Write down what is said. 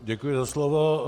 Děkuji za slovo.